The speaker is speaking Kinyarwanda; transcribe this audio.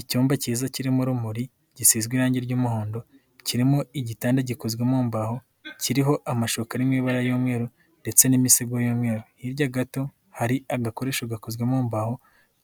Icyumba cyiza kirimo urumuri gisizwe irangi ry'umuhondo, kirimo igitanda gikozwe mU mbaho kiriho amashuka ari mo ibara ry'umweru ndetse n'imisego y'umweru, hirya gato hari agakoresho gakozwe mu mbaho